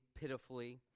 pitifully